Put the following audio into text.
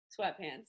Sweatpants